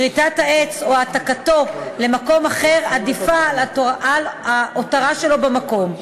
כריתת העץ או העתקתו למקום אחר עדיפה על הותרתו במקום.